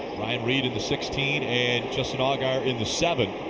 ryan reed in the sixteen and justin allgaier in the seven.